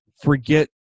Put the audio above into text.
forget